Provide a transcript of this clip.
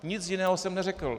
Nic jiného jsem neřekl.